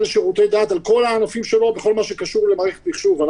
לשירותי דת בכל הענפים שלו בכל מה שקשור למערכת מחשוב.